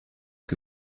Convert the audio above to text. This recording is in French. que